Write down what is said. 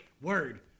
Word